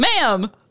Ma'am